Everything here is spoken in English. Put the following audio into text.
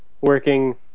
working